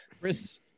Chris